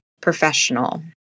professional